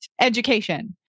Education